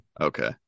Okay